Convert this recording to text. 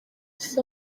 ese